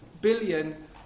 billion